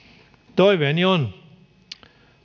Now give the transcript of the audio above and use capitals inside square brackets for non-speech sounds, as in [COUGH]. toiveeni on [UNINTELLIGIBLE] [UNINTELLIGIBLE]